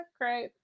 great